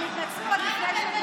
הם התנצלו, אחמד,